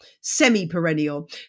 semi-perennial